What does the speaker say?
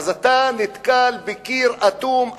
אתה נתקל בקיר אטום,